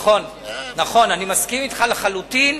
נכון, אני מסכים אתך לחלוטין.